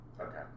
okay